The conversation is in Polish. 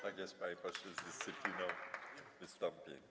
Tak jest, panie pośle, z dyscypliną wystąpień.